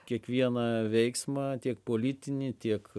kiekvieną veiksmą tiek politinį tiek